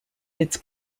its